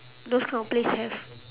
those kind of place have